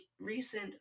recent